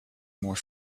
more